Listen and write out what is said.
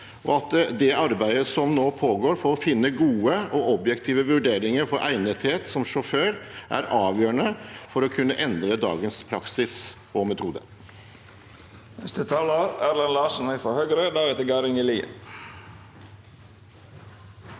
og at det arbeidet som nå pågår for å finne gode og objektive vurderinger av egnethet som sjåfør, er avgjørende for å kunne endre dagens praksis og metode.